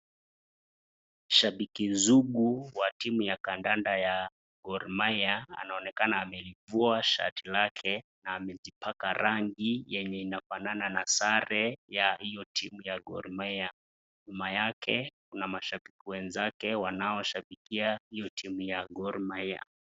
Shabiki zugu wa timu ya kandanda ya Gormahia, anaonekana amelivua shati lake na amejipaka rangi yenye inafanana na sare ya hiyo timu ya Gormahia. Nyuma yake, kuna mashabiki wenzake wanaoshabikia hiyo timu ya Gormahia.